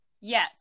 yes